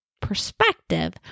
perspective